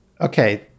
okay